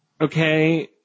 Okay